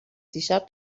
دیشب